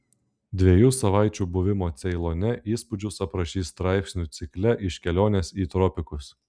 dviejų savaičių buvimo ceilone įspūdžius aprašys straipsnių cikle iš kelionės į tropikus